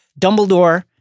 Dumbledore